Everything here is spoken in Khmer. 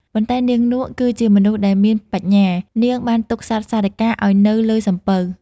ប៉ុន្តែ នាងនក់គឺជាមនុស្សដែលមានបញ្ញា នាងបានទុកសត្វសារិកាឲ្យនៅលើសំពៅ។